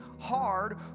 hard